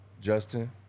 Justin